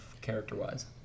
character-wise